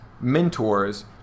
mentors